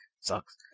sucks